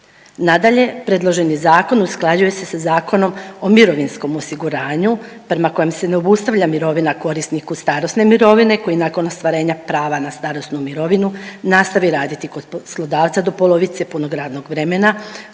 Nadalje, predloženi zakon usklađuje se sa Zakonom o mirovinskom osiguranju prema kojem se ne obustavlja mirovina korisniku starosne mirovine koji nakon ostvarenja prava na starosnu mirovinu nastavati raditi kod poslodavaca do polovice punog radnog vremena